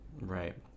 right